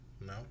No